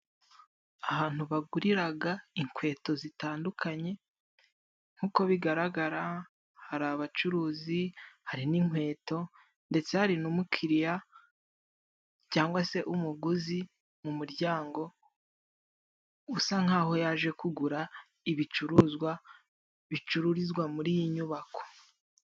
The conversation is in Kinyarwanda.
Ahantu baguriraga inkweto zitandukanye. Nk'uko bigaragara hari abacuruzi, hari n'inkweto ndetse hari n'umukiriya cyangwa se umuguzi mu muryango, usa nk'aho yaje kugura ibicuruzwa bicururizwa muri iyi nyubako.